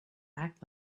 act